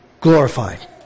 glorified